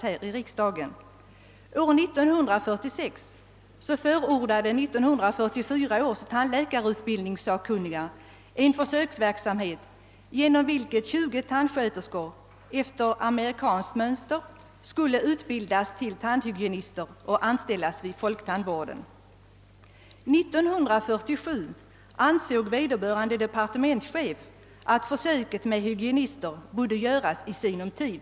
År 1946 förordade 1944 års tandläkarutbildningssakkunniga en försöksverksamhet, genom vilken 20 tandsköterskor efter amerikanskt mönster skulle utbildas till tandhygienister och anställas vid folktandvården. År 1947 ansåg vederbörande departementschef att försöket med hygienister borde göras i sinom tid.